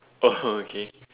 oh okay